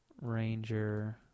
Ranger